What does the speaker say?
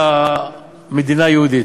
לגבי המדינה היהודית?